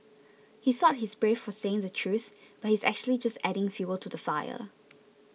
he thought he's brave for saying the truth but he's actually just adding fuel to the fire